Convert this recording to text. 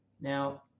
Now